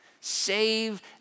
Save